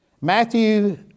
Matthew